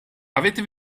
avete